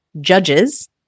judges